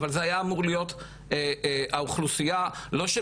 אבל זה היה אמור להיות האוכלוסייה לא של